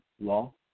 law